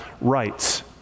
rights